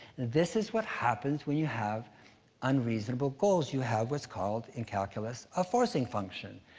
this is what happens when you have unreasonable goals. you have what's called in calculus, a forcing function,